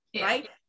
right